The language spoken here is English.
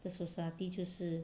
the society 就是